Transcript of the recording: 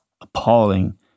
appalling